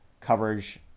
coverage